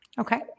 okay